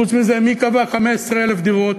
חוץ מזה, מי קבע 15,000 דירות?